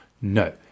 No